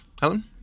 Helen